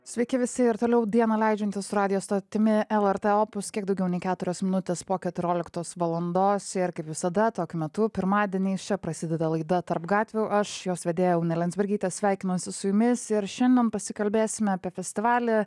sveiki visi ir toliau dieną leidžiantys su radijo stotimi lrt opus kiek daugiau nei keturios minutės po keturioliktos valandos ir kaip visada tokiu metu pirmadieniais čia prasideda laida tarp gatvių aš jos vedėja unė liandzbergytė sveikinuosi su jumis ir šiandien pasikalbėsime apie festivalį